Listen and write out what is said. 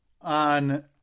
on